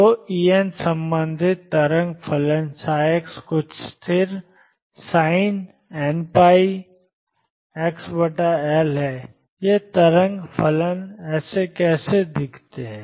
तो En संबंधित तरंग फलन ψ कुछ स्थिर Asin nπL x है ये तरंग फलन ऐसे कैसे दिखते हैं